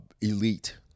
elite